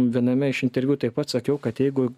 viename iš interviu taip pat sakiau kad jeigu